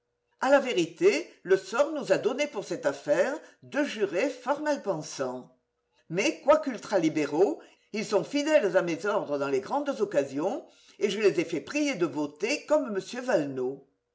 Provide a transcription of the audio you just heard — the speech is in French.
a la vérité le sort nous a donné pour cette affaire deux jurés fort mal pensants mais quoique ultra libéraux ils sont fidèles à mes ordres dans les grandes occasions et je les ai fait prier de voter comme